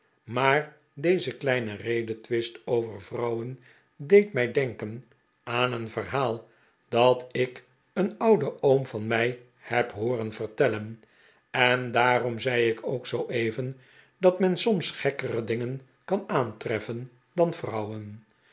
maar deze kleine redetwist over vrouwen deed mij denken aan een verhaal dat ik een ouden oom van mij heb hooren vertellen en daarom zei ik ook zooeven dat men soms gekkere dingen kan aantreffen dan vrouwen